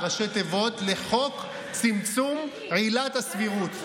ראשי תיבות: לחוק צמצום עילת הסבירות,